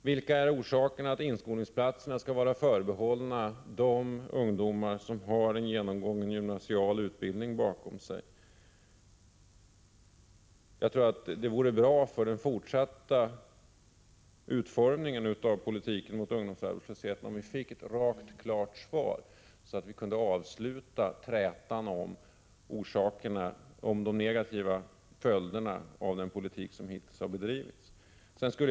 Vilka är orsakerna till att inskolningsplatserna skall vara förbehållna de ungdomar som har en genomgången gymnasial utbildning bakom sig? Det vore bra för den fortsatta utformningen av politiken mot ungdomsarbetslöshet om vi fick ett rakt, klart svar så att vi kunde avsluta trätan om orsakerna till de negativa följderna av den politik som hittills har bedrivits. Herr talman!